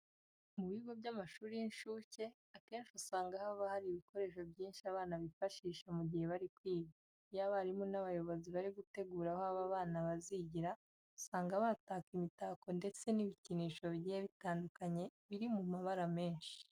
Mu bigo by'amashuri y'incuke akenshi usanga haba hari ibikoresho byinshi abana bifashisha mu gihe bari kwiga. Iyo abarimu n'abayobozi bari gutegura aho aba bana bazigira usanga bahataka imitako ndetse n'ibikinisho bigiye bitandukanye biri mu mabara menshi.